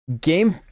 Game